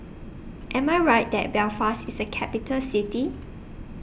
Am I Right that Belfast IS A Capital City